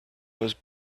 was